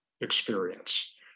experience